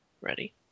ready